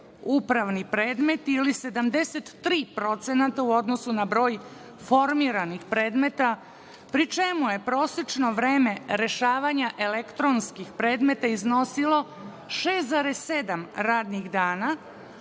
upravni predmet ili 73% u odnosu na broj formiranih predmeta, pri čemu je prosečno vreme rešavanja elektronskih predmeta iznosilo 6,7 radnih dana,